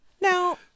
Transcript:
Now